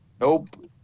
Nope